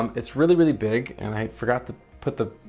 um it's really really big and. i forgot to put the.